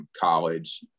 college